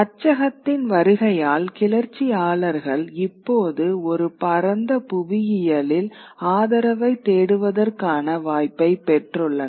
அச்சகத்தின் வருகையால் கிளர்ச்சியாளர்கள் இப்போது ஒரு பரந்த புவியியலில் ஆதரவைத் தேடுவதற்கான வாய்ப்பை பெற்றுள்ளனர்